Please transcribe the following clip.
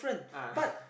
ah